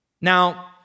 Now